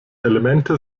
elemente